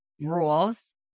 rules